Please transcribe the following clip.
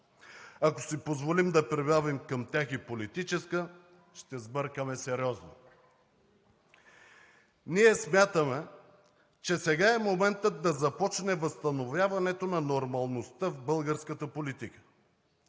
Ако си позволим да прибавим към тях и политическа, ще сбъркаме сериозно. Ние смятаме, че сега е моментът да започне възстановяването на нормалността в българската политика.